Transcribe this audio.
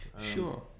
Sure